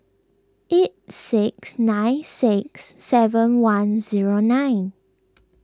eight six nine six seven one zero nine